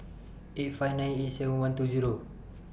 eight five nine eight seven one two Zero